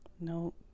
no